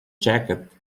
jacket